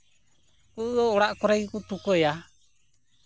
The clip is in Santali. ᱩᱱᱠᱩ ᱫᱚ ᱚᱲᱟᱜ ᱠᱚᱨᱮ ᱜᱮᱠᱚ ᱛᱩᱠᱟᱹᱭᱟ